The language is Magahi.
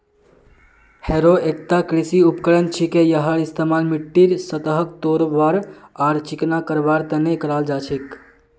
हैरो एकता कृषि उपकरण छिके यहार इस्तमाल मिट्टीर सतहक तोड़वार आर चिकना करवार तने कराल जा छेक